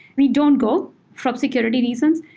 we don't go for security reasons.